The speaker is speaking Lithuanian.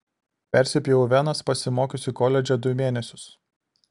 persipjoviau venas pasimokiusi koledže du mėnesius